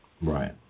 Right